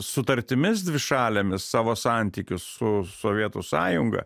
sutartimis dvišalėmis savo santykius su sovietų sąjunga